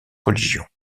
religion